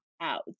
out